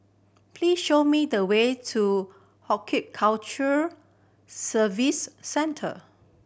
please show me the way to Horticulture Service Centre